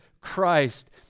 Christ